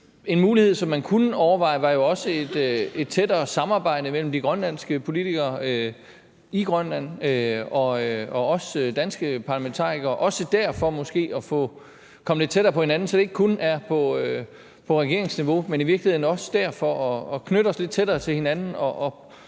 En mulighed, som man kunne overveje, var også et tættere samarbejde mellem de grønlandske politikere i Grønland og os danske parlamentarikere for måske også dér at komme lidt tættere på hinanden, så det ikke kun er på regeringsniveau, men altså også foregår dér, for at knytte os lidt tættere til hinanden